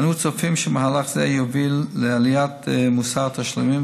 אנו צופים שמהלך זה יוביל לעליית מוסר התשלומים